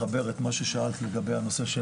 לחבר את מה ששאלת לגבי הנושא.